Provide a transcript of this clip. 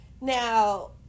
Now